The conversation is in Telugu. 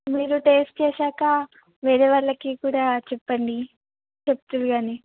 మీరు టేస్ట్ చేశాకా వేరే వాళ్ళకి కూడా చెప్పండి చెప్తారు గానీ